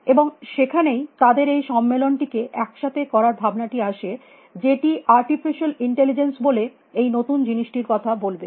এবং সেখানেই তাদের এই সম্মেলন টিকে একসাথে করার ভাবনাটি আসে যেটি আর্টিফিশিয়াল ইন্টেলিজেন্স বলে এই নতুন জিনিসটির কথা বলবে